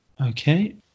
okay